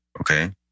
okay